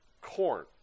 Corn